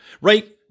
right